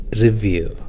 review